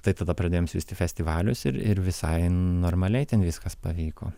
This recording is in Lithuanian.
tai tada pradėjom siųst į festivalius ir ir visai normaliai ten viskas pavyko